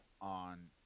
on